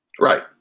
Right